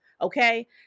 Okay